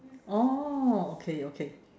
orh okay okay